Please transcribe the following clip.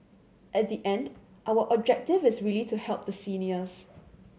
at the end our objective is really to help the seniors